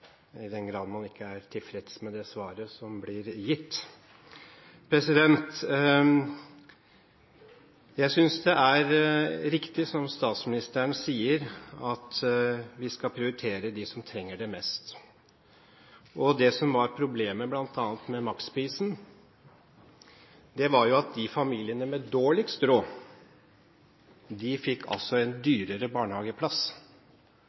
man ikke er tilfreds med det svaret som blir gitt. Jeg synes det er riktig som statsministeren sier, at vi skal prioritere dem som trenger det mest. Det som bl.a. var problemet med maksprisen, var at familiene med dårligst råd fikk en dyrere barnehageplass, mens de som hadde mest å rutte med, faktisk fikk